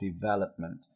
development